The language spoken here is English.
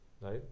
right